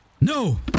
No